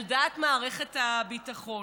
על דעת מערכת הביטחון,